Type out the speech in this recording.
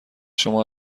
شما